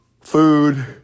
food